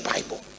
Bible